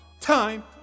Time